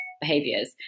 behaviors